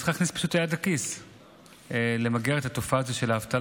היא צריכה פשוט להכניס את היד לכיס כדי למגר את התופעה הזאת של האבטלה,